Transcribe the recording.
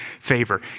favor